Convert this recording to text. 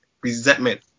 resentment